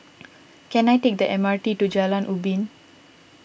can I take the M R T to Jalan Ubin